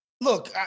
Look